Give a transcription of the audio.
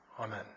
Amen